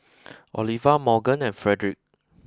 Oliva Morgan and Fredrick